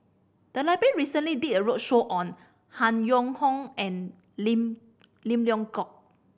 the library recently did a roadshow on Han Yong Hong and Lim Lim Leong Geok